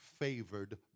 favored